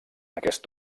aquest